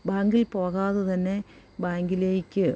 ബാങ്കിൽ പോകാതെ തന്നെ ബാങ്കിലേക്ക്